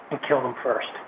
and kill them first.